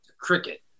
cricket